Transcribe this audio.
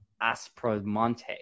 Aspromonte